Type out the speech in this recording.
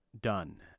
done